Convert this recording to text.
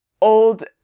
old